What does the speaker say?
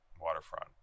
waterfront